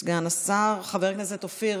סגן השר, חבר הכנסת אופיר